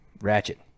Ratchet